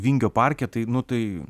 vingio parke tai nu tai